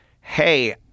hey